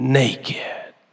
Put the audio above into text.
naked